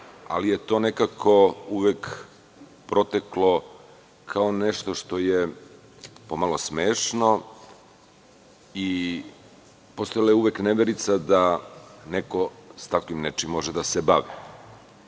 Ali, to je nekako uvek proteklo kao nešto što je pomalo smešno. Postojala je uvek neverica da neko s takvim nečim može da se bavi. Iz